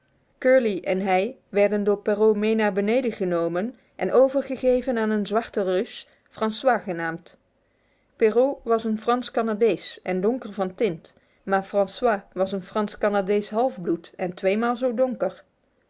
curly en hij werden door perrault mee naar beneden genomen en overgegeven aan een zwarten reus francois genaamd perrault was een frans canadees en donker van tint maar francois was een frans canadese halfbloed en tweemaal zo donker